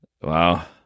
Wow